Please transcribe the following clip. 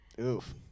oof